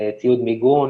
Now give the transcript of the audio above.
ציוד מיגון,